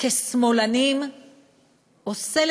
כשמאלנים עושה,